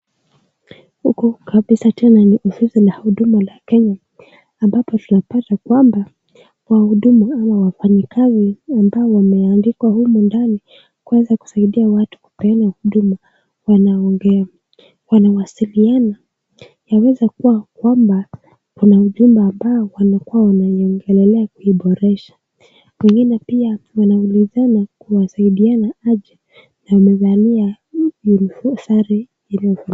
Huku kabisa tena ni ofisi la huduma la Kenya, ambapo tunapata kwamba wahudumu au wafanyikazi ambao wameandikwa humu ndani kuweza kusaidia watu kupeana huduma wanaongea. Wanawasiliana yaweza kuwa kwamba wana ujumbe ambao wamekuwa wanaiongelelea kuiboresha. Wengine pia wanaonekana kusaidiana, na wamevalia sare.